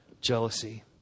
jealousy